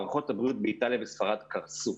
מערכות הבריאות באיטליה ובספרד קרסו.